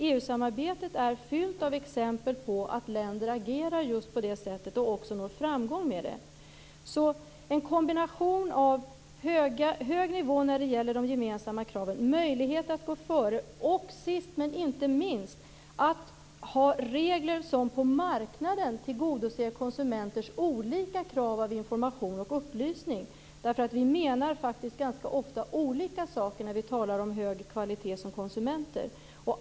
EU samarbetet är fyllt av exempel på att länder agerar just på det sättet och också når framgång med det. Det behövs alltså en kombination av hög nivå när det gäller de gemensamma kraven, en möjlighet att gå före och, sist men inte minst, regler som på marknaden tillgodoser konsumenters olika krav på information och upplysning. Vi menar nämligen ganska ofta olika saker när vi som konsumenter talar om hög kvalitet.